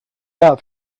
that